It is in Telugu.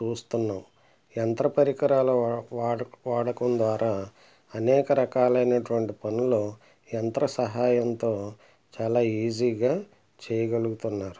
చూస్తున్నాము యంత్ర పరికరాల వాడ వాడకం ద్వారా అనేక రకాలైనటువంటి పనులు యంత్ర సహాయంతో చాలా ఈజీగా చేయగలుగుతున్నారు